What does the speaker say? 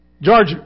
George